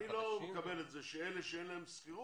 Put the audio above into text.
אני לא מקבל את זה, שאלה שאין להם שכירות